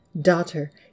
Daughter